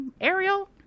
Ariel